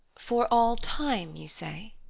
for all time, you say?